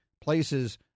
places